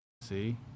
see